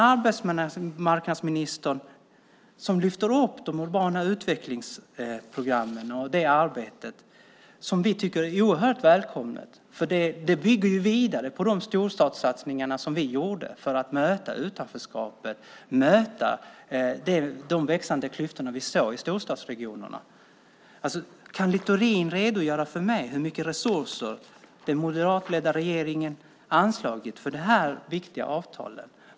Arbetsmarknadsministern lyfter fram arbetet med de urbana utvecklingsprogrammen, som vi tycker är oerhört välkommet. Det bygger vidare på de storstadssatsningar som vi gjorde för att möta utanförskapet och de växande klyftor vi såg i storstadsregionerna. Kan Littorin redogöra för mig hur mycket resurser den moderatledda regeringen har anslagit för det här viktiga avtalet?